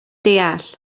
deall